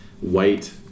white